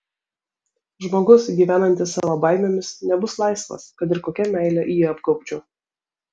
žmogus gyvenantis savo baimėmis nebus laisvas kad ir kokia meile jį apgaubčiau